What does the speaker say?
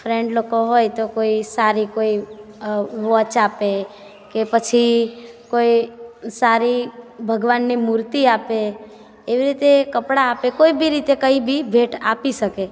friend લોકો હોય તો કોઈ સારી કોઈ વોચ આપે કે પછી કોઈ સારી ભગવાનની મૂર્તિ આપે એવી રીતે કપડાં આપે કોઈ બી રીતે કંઈ બી ભેટ આપી શકે